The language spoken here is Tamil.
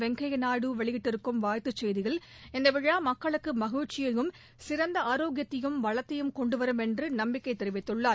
வெங்கய்யா நாயுடு வெளியிட்டிருக்கும் வாழ்த்துச் செய்தியில் இந்த விழா மக்களுக்கு மகிழ்ச்சியையம் சிறந்த ஆரோக்கியத்தையும் வளத்தையும் கொண்டுவரும் என்று நம்பிக்கை தெரிவித்துள்ளார்